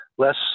less